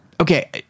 Okay